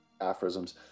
aphorisms